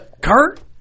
kurt